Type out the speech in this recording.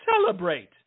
celebrate